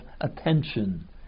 attention